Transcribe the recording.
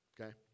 Okay